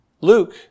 Luke